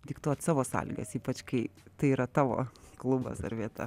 diktuot savo sąlygas ypač kai tai yra tavo klubas ar vieta